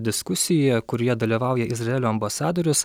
diskusija kurioje dalyvauja izraelio ambasadorius